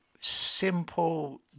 simple